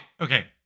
Okay